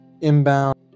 Inbound